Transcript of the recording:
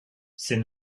c’est